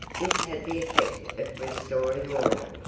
this had the effect of restoring order,